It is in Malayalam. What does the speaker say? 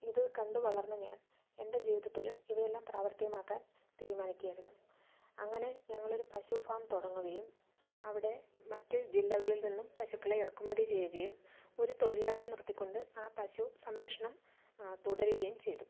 ഇത് കണ്ട് വളർന്ന ഞാൻ എൻ്റെ ജീവിതത്തിലും ഇവയെല്ലാം പ്രാവർത്തികമാക്കാൻ തീരുമാനിക്കുകയായിരുന്നു അങ്ങനെ ഞങ്ങൾ ഒരു പശു ഫാം തുടങ്ങുകയും അവിടെ മറ്റു ജില്ലകളിൽ നിന്നും പശുക്കളെ ഇറക്കുമതി ചെയ്യുകയും ഒരു തൊഴിലാളിയെ നിർത്തിക്കൊണ്ട് ആ പശു സംരക്ഷണം തുടരുകയും ചെയ്തു